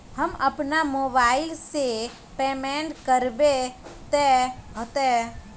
हम अपना मोबाईल से पेमेंट करबे ते होते?